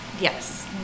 Yes